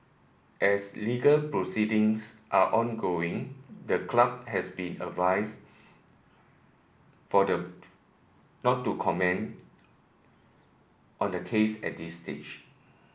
as legal proceedings are ongoing the club has been advised for the not to comment on the case at this stage